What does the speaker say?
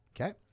okay